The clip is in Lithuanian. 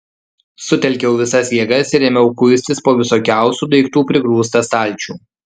sutelkiau visas jėgas ir ėmiau kuistis po visokiausių daiktų prigrūstą stalčių